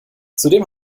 zudem